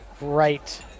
Right